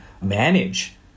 manage